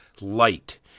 light